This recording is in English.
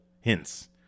hints